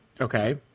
Okay